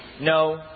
no